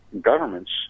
governments